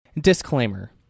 Disclaimer